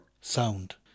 sound